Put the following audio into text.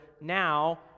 now